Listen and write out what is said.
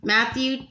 Matthew